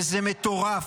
וזה מטורף,